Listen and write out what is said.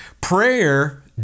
prayer